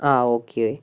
ആ ഓക്കേ